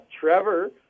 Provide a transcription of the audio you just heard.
Trevor